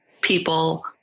people